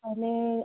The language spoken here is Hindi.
पहले